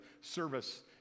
service